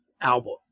album